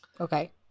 Okay